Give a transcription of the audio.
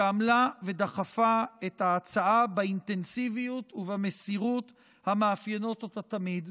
שעמלה ודחפה את ההצעה באינטנסיביות ובמסירות המאפיינות אותה תמיד,